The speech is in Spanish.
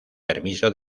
permiso